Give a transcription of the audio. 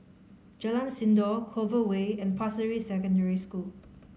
Jalan Sindor Clover Way and Pasir Ris Secondary School